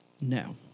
No